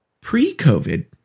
pre-COVID